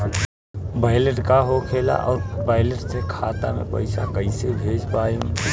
Wallet का होखेला और वैलेट से खाता मे पईसा कइसे भेज पाएम?